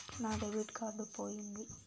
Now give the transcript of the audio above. నా debit card పోయింది